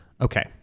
Okay